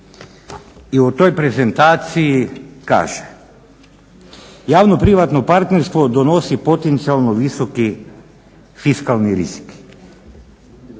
i u toj prezentaciji kaže: "Javno-privatno partnerstvo donosi potencijalno visoki fiskalni rizik".